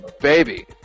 baby